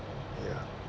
ya